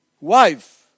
wife